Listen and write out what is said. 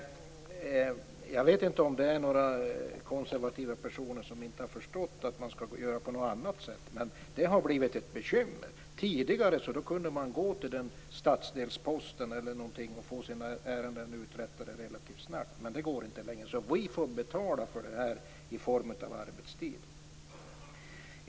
Jag vet inte om det är några konservativa personer som inte har förstått att man skall göra på något annat sätt, men det har blivit ett bekymmer. Tidigare kunde man gå till sin stadsdelspost och få sina ärenden uträttade relativt snabbt, men det går inte längre. Vi får betala för detta i form av arbetstid.